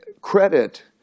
Credit